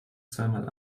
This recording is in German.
zweimal